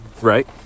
right